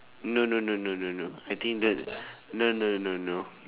no no no no no no I think that no no no no